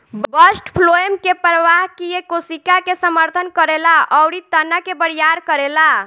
bast phloem के प्रवाह किये कोशिका के समर्थन करेला अउरी तना के बरियार करेला